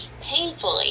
painfully